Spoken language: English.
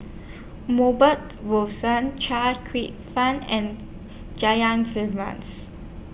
Chia Kwek Fah and